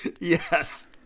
Yes